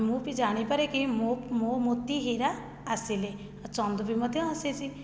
ମୁଁ ବି ଜାଣିପାରେ କି ମୋ ମୋ ମୋତି ହୀରା ଆସିଲେ ଆଉ ଚନ୍ଦୁ ବି ମଧ୍ୟ ଆସିଛି